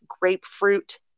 grapefruit